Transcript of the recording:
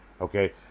okay